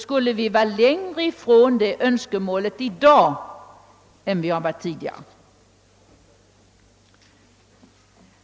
skulle vi i dag befinna oss längre från vårt önskemål än vi tidigare har varit.